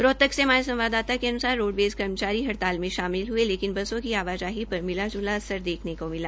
रोहतक से हमारे संवाददाता के अन्सार रोडवेज़ कर्मचारी हड़ताल में शामिल हये लेकिन बसों की आवाजाही पर मिला जुला असर देखने को मिला